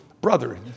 brother